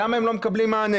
למה הם לא מקבלים מענה,